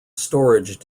storage